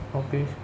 okay